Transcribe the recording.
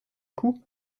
coup